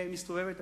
שמסתובבת.